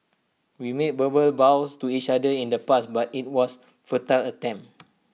we made vows to each other in the past but IT was futile attempt